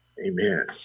Amen